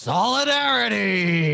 Solidarity